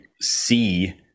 see